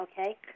okay